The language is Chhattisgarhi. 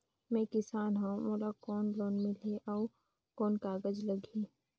मैं किसान हव मोला कौन लोन मिलही? अउ कौन कागज लगही?